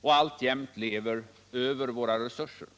och alltjämt lever över våra resurser.